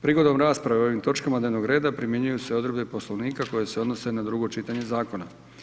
Prigodom rasprave o ovim točkama dnevnog reda primjenjuju se odredbe Poslovnika koje se odnose na drugo čitanje Zakona.